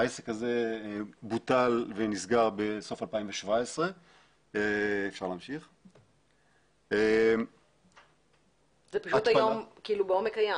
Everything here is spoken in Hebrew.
העסק הזה בוטל ונסגר בסוף 2017. זה פשוט היה כאילו בעומק הים.